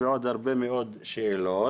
ועוד הרבה מאוד שאלות: